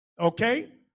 Okay